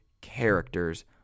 characters